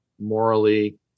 morally